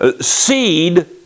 seed